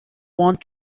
want